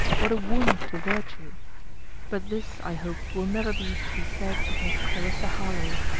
what a wound to virtue but this, i hope, will never be to be said of miss clarissa harlowe